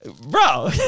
Bro